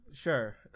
Sure